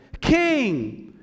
King